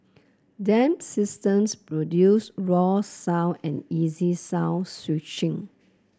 Dam systems produce raw sound and easy song switching